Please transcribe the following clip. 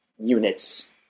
units